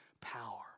power